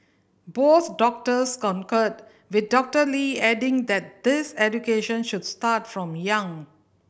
both doctors concurred with Doctor Lee adding that this education should start from young